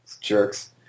Jerks